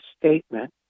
statement